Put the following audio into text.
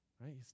right